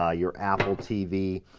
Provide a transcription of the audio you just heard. ah your apple tv.